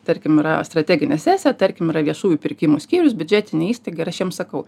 tarkim yra strateginė sesija tarkim yra viešųjų pirkimų skyrius biudžetinė įstaiga ir aš jiem sakau